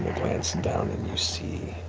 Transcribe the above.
glancing down and you see